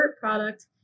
product